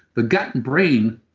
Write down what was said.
the gutbrain,